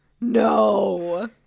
No